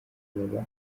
baba